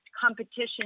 competition